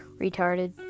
retarded